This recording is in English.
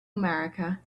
america